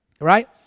right